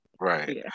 Right